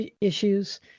issues